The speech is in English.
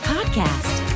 Podcast